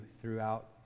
throughout